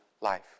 life